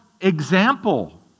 example